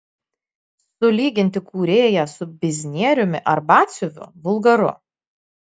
sulyginti kūrėją su biznieriumi ar batsiuviu vulgaru